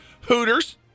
Hooters